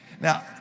Now